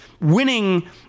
Winning